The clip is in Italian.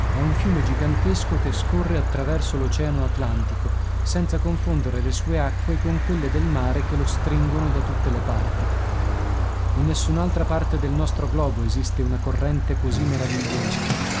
è un fiume gigantesco che scorre attraverso l'oceano atlantico senza confondere le sue acque con quelle del mare che lo stringono da tutte le parti in nessun'altra parte del nostro globo esiste una corrente così meravigliosa